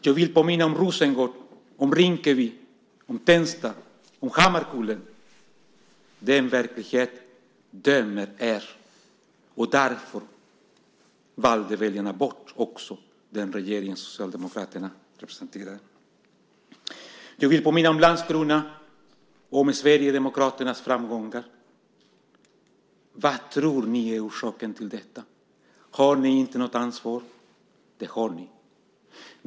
Jag vill påminna om Rosengård, om Rinkeby, om Tensta och om Hammarkullen. Den verkligheten dömer er, och därför valde väljarna också bort den socialdemokratiska regeringen. Jag vill påminna om Landskrona och om Sverigedemokraternas framgångar. Vad tror ni är orsaken till dessa? Har ni inte något ansvar? Det har ni.